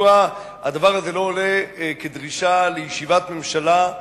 מדוע הדבר הזה לא עולה כדרישה לישיבת ממשלה,